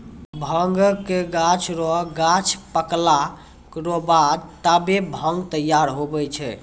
भांगक गाछ रो गांछ पकला रो बाद तबै भांग तैयार हुवै छै